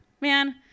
man